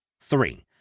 three